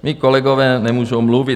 Mí kolegové nemůžou mluvit.